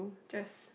just